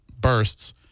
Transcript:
bursts